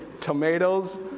Tomatoes